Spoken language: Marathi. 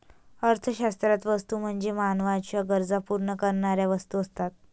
अर्थशास्त्रात वस्तू म्हणजे मानवाच्या गरजा पूर्ण करणाऱ्या वस्तू असतात